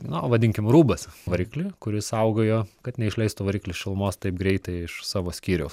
na vadinkim rūbas varikliui kuris saugojo kad neišleistų variklis šilumos taip greitai iš savo skyriaus